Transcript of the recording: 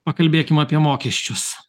pakalbėkime apie mokesčius